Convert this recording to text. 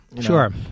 sure